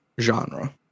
genre